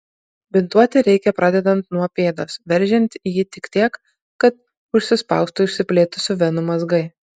bintuoti reikia pradedant nuo pėdos veržiant jį tik tiek kad užsispaustų išsiplėtusių venų mazgai